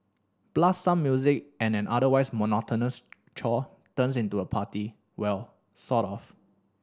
blast some music and an otherwise monotonous chore turns into a party well sort of